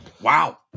Wow